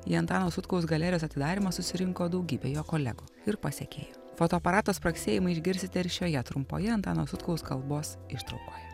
į antano sutkaus galerijos atidarymą susirinko daugybė jo kolegų ir pasekėjų fotoaparato spragsėjimą išgirsite ir šioje trumpoje antano sutkaus kalbos ištraukoje